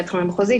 המחוזית,